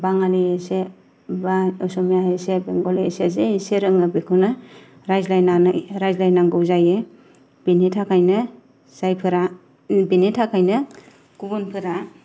बाङालि एसे बा असमीया इसे बेंगलि इसे जे इसे रोङो बेखौनो रायज्लायनानै रायज्लायनांगौ जायो बेनिथाखायनो जायफोरा बिनि थाखायनो गुबुन फोरा